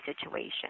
situation